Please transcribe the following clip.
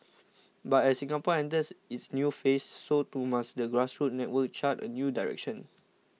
but as Singapore enters its new phase so too must the grassroots network chart a new direction